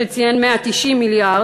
שציין 190 מיליארד,